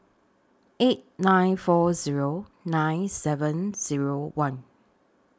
eight nine four Zero nine seven Zero one